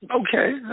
Okay